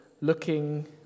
looking